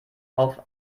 auf